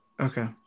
Okay